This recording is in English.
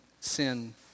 sin